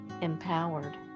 empowered